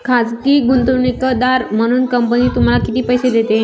खाजगी गुंतवणूकदार म्हणून कंपनी तुम्हाला किती पैसे देते?